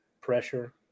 Pressure